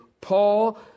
Paul